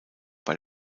bei